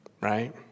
right